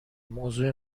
موضوع